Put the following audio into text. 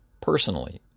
Personally